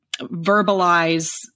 verbalize